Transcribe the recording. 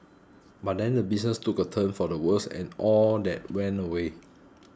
but then the business took a turn for the worse and all that went away